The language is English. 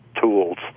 tools